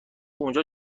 اونجا